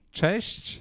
Cześć